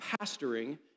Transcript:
pastoring